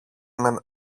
μαζί